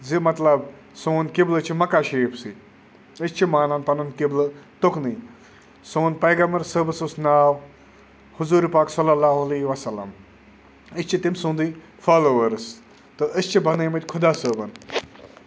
زِ مطلب سون قِبلہٕ چھِ مکہ شریٖفسٕے أسۍ چھِ مانان پَنُن قِبلہٕ تُکنُے سون پیغمبر صٲبَس اوس ناو حضوٗرِ پاک صلی اللہ علیہ وَسلم أسۍ چھِ تٔمۍ سُنٛدُے فالووٲرٕس تہٕ أسۍ چھِ بَنٲیمٕتۍ خُدا صٲبَن